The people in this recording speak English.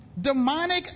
Demonic